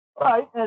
right